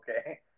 Okay